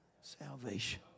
salvation